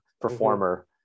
performer